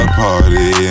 party